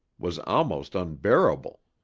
was almost unbearable.